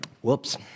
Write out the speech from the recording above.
Whoops